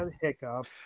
hiccup